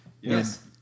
Yes